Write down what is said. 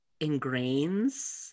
ingrains